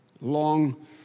long